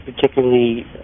particularly